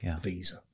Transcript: visa